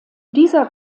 dieser